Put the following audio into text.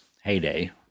heyday